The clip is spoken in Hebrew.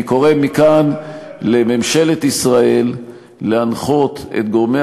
ואני קורא מכאן לממשלת ישראל להנחות את גורמי